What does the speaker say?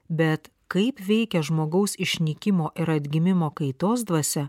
bet kaip veikia žmogaus išnykimo ir atgimimo kaitos dvasia